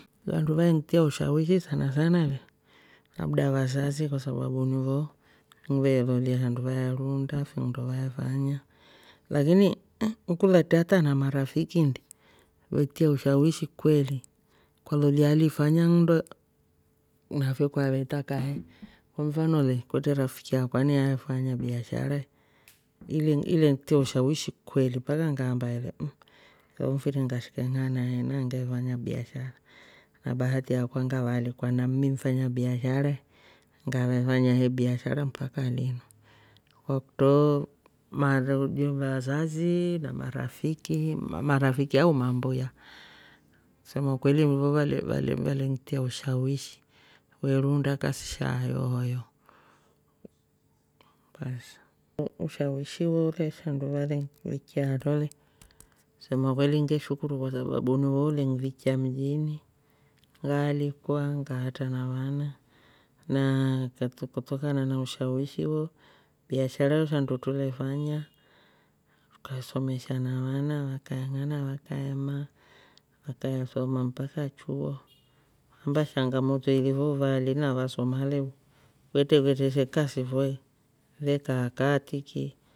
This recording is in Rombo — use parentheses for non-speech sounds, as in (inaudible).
Vandu vaentia ushawishi sana sana le labda vazazi kwa sababu nivo nvelolya shandu vae ruunda finndo vaefanya lakini eh- kulaatre hata na marafiki ndi we tia ushawishi kweli kwalolya alifanya nndo nafe kwave taka he kwa mfano le kwetre rafiki akwa naefanya biashara (hesitation) ilentia ushawishi kweli mpaka ngaamba ele mm lo mfiri kashikeng'ana he na ngefanya biashara na bahati yakwa ngavaalikwa na mmi mfanya biashara (hesitation) ngavefanya he biashara mpaka linu. Kwakutro mareudio vazazi na marafiki- marafiki au mabuya. kusema kweli ni vo vale- vale- valentia ushawishi weruunda kasi sha yohoyo. Basi ushawishi wole shandu vale nvikya hatro le kusemakweli ngeshukuru kwasababu niwo ulenvikya mjini ngaalikwa, ngaatra na vana naaa kutrokana na ushawishi wo biashara yo shandu tule fanya tukae somesha na vana vakaeng'ana vakaemaa vakaesoma mpaka chuo shangamoto ilifo uvaali navasoma leu kwetre vetre vete se kasi fo e vekaa kaa tiki